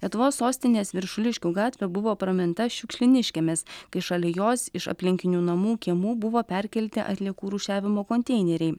lietuvos sostinės viršuliškių gatvė buvo praminta šiukšliniškėmis kai šalia jos iš aplinkinių namų kiemų buvo perkelti atliekų rūšiavimo konteineriai